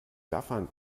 gaffern